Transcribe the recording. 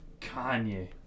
Kanye